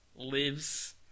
Lives